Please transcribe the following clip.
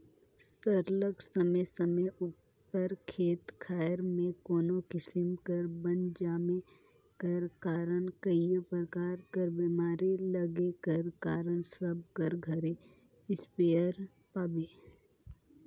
सरलग समे समे उपर खेत खाएर में कोनो किसिम कर बन जामे कर कारन कइयो परकार कर बेमारी लगे कर कारन सब कर घरे इस्पेयर पाबे